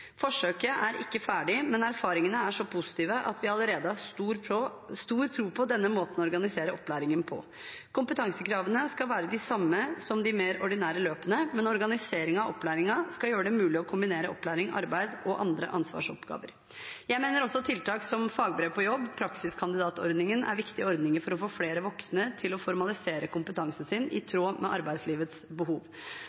Forsøket er ikke ferdig, men erfaringene er så positive at vi allerede har stor tro på denne måten å organisere opplæringen på. Kompetansekravene skal være de samme som de mer ordinære løpene, men organiseringen av opplæringen skal gjøre det mulig å kombinere opplæring, arbeid og andre ansvarsoppgaver. Jeg mener også at tiltak som Fagbrev på jobb og praksiskandidatordningen er viktige ordninger for å få flere voksne til å formalisere kompetansen sin i